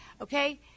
okay